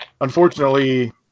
unfortunately